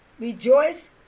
Rejoice